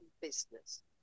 business